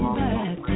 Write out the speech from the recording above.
back